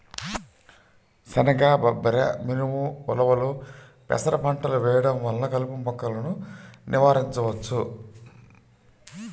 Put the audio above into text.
శనగ, బబ్బెర, మినుము, ఉలవలు, పెసర పంటలు వేయడం వలన కలుపు మొక్కలను నివారించవచ్చు